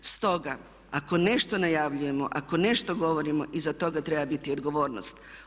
Stoga ako nešto najavljujemo, ako nešto govorimo iza toga treba biti odgovornost.